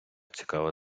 цікава